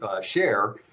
share